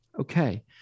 okay